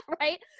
right